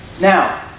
Now